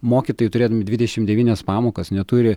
mokytojai turėdami dvidešimt devynias pamokas neturi